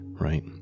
right